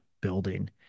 building